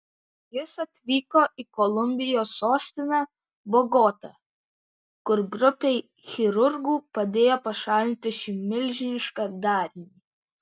jis atvyko į kolumbijos sostinę bogotą kur grupei chirurgų padėjo pašalinti šį milžinišką darinį